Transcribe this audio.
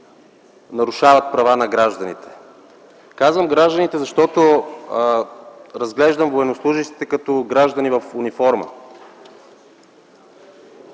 нарушават права на гражданите. Казвам „на гражданите”, защото разглеждам военнослужещите като граждани в униформа.